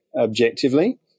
objectively